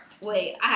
Wait